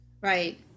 right